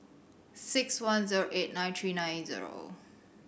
six one zero eight nine three nine zero